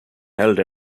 held